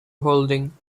holding